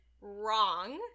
wrong